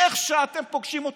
איך שאתם פוגשים אותו,